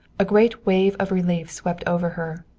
a great wave of relief swept over her.